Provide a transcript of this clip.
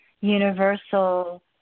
universal